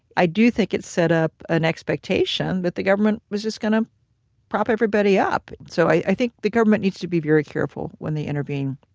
i do think it set up an expectation that the government was just going to prop everybody up. so i think the government needs to be very careful when they intervene.